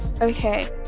okay